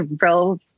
real